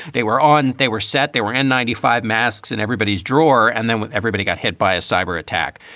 they were on they were set, they were n ninety five masks in everybody's drawer and then everybody got hit by a cyber attack.